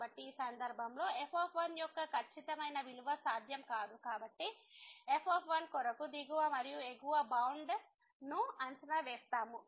కాబట్టి ఈ సందర్భంలో f యొక్క ఖచ్చితమైన విలువ సాధ్యం కాదు కాబట్టి f కొరకు దిగువ మరియు ఎగువ బౌండ్ను అంచనా వేస్తాము